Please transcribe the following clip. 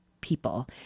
people